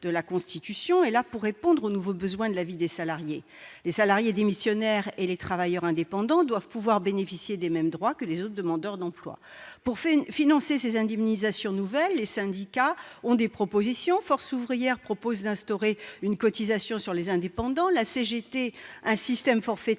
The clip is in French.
de la Constitution, est là pour répondre aux nouveaux besoins de la vie des salariés. Les salariés démissionnaires et les travailleurs indépendants doivent pouvoir bénéficier des mêmes droits que les autres demandeurs d'emploi. Pour financer ces indemnisations nouvelles, les syndicats ont des propositions : Force Ouvrière suggère d'instaurer une cotisation sur les indépendants, la CGT promeut un système forfaitaire